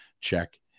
Check